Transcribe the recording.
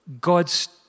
God's